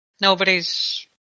Nobody's